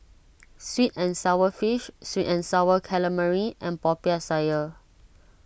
Sweet and Sour Fish Sweet and Sour Calamari and Popiah Sayur